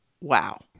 wow